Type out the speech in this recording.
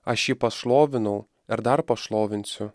aš jį pašlovinau ir dar pašlovinsiu